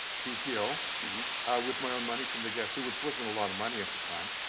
bto with my own money from the guess who, which wasn't a lot of money at the time.